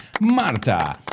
Marta